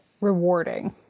rewarding